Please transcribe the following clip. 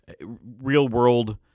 real-world